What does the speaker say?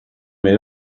meil